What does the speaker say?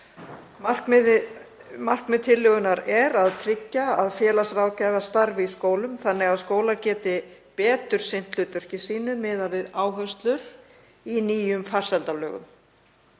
Markmið tillögunnar er að tryggja að félagsráðgjafar starfi í skólum þannig að skólar geti betur sinnt hlutverki sínu miðað við áherslur í nýjum farsældarlögum